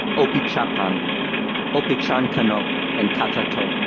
opitehapan, opechancanough and catatough,